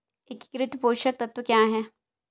एकीकृत पोषक तत्व क्या है?